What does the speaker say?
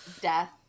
death